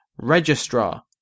registrar